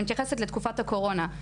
אני מתייחסת לתקופות הקורונה,